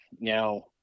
Now